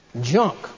Junk